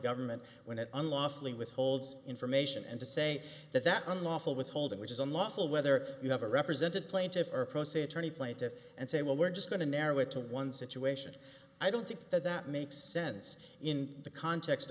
government when it unlawfully withholds information and to say that that unlawful withholding which is unlawful whether you have a represented plaintiffs or pro se attorney plaintiffs and say well we're just going to narrow it to one situation i don't think that that makes sense in the context